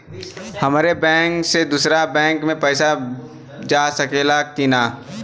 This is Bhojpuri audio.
हमारे बैंक से दूसरा बैंक में पैसा जा सकेला की ना?